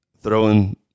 throwing